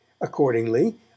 Accordingly